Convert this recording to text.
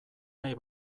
nahi